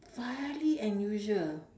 fairly unusual